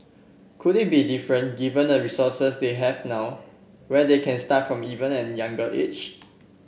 could it be different given the resources they have now where they can start from even younger age